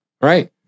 Right